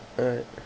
right